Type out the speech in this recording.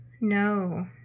No